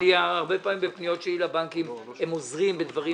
הרבה פעמים בפניות שלי לבנקים הם עוזרים בדברים